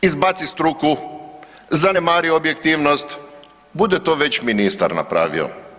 Izbaci struku, zanemari objektivnost, bude to već ministar napravio.